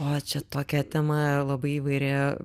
o čia tokia tema labai įvairi